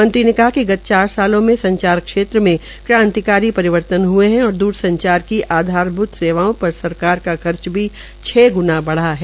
मंत्री ने कहा कि गत चार सालों में संचार क्षेत्र में क्रांतिकारी परिवर्तन हये है और द्र संचार की आधारभूत सेवाओं पर सरकार का खर्च भी छ गृणा बढ़ा है